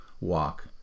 walk